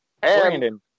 Brandon